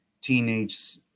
teenage